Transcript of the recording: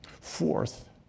Fourth